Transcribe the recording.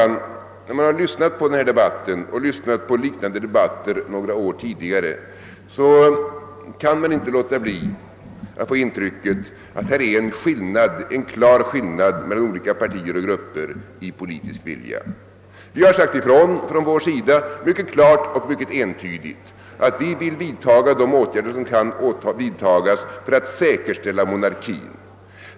När man lyssnat på debatten i dag och på liknande debatter tidigare år har man inte kunnat undgå intrycket att det här föreligger en klar skillnad i politisk vilja mellan olika partier och grupper. Från vår sida har vi mycket klart och entydigt sagt ifrån att vi vill vidta de åtgärder som kan vidtas för att säkerställa monarkin.